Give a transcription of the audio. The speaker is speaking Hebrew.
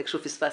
איכשהו פספסתי,